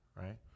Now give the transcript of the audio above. right